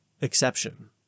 exception